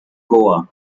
goa